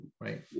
right